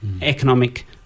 economic